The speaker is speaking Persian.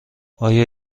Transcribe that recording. آیا